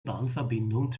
bahnverbindung